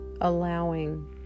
allowing